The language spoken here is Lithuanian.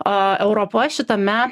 o europa šitame